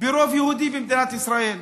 ברוב יהודי במדינת ישראל.